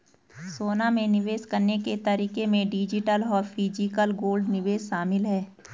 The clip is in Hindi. सोना में निवेश करने के तरीके में डिजिटल और फिजिकल गोल्ड निवेश शामिल है